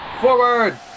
Forward